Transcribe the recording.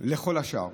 לכל השאר,